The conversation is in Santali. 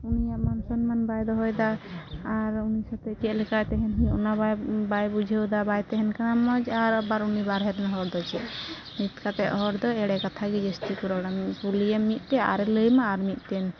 ᱩᱱᱤᱭᱟᱜ ᱢᱟᱱᱼᱥᱚᱱᱢᱟᱱ ᱵᱟᱭ ᱫᱚᱦᱚᱭᱮᱫᱟ ᱟᱨ ᱩᱱᱤ ᱥᱚᱛᱮᱡ ᱪᱮᱫᱞᱮᱠᱟ ᱛᱮᱦᱮᱱ ᱦᱩᱭᱩᱜᱼᱟ ᱚᱱᱟ ᱵᱟᱭ ᱵᱟᱭ ᱵᱩᱡᱷᱟᱹᱣᱫᱟ ᱵᱟᱭ ᱛᱮᱦᱮᱱ ᱠᱟᱱᱟ ᱢᱚᱡᱽ ᱟᱨ ᱟᱵᱟᱨ ᱩᱱᱤ ᱵᱟᱨᱦᱮᱨᱮᱱ ᱦᱚᱲᱫᱚ ᱪᱮᱫ ᱱᱤᱛ ᱠᱟᱛᱮᱫ ᱦᱚᱲᱫᱚ ᱮᱲᱮ ᱠᱟᱛᱷᱟᱜᱮ ᱡᱟᱹᱥᱛᱤᱠᱚ ᱨᱚᱲᱟ ᱠᱩᱞᱤᱭᱟᱢ ᱢᱤᱫᱴᱮᱡ ᱟᱨᱮ ᱞᱟᱹᱭᱟᱢᱟ ᱟᱨ ᱢᱤᱫᱴᱮᱡᱱ